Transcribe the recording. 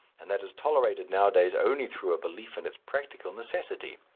and that is tolerated nowadays only through a belief in its practical necessity.